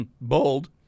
bold